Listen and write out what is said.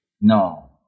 No